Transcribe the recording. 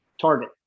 target